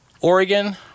Oregon